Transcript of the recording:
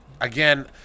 again